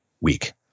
week